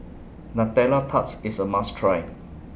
Nutella Tarts IS A must Try